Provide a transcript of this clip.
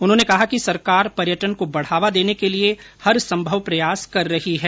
उन्होंने कहा कि सरकार पर्यटन को बढ़ावा देने के लिए हरसंभव प्रयास कर रही है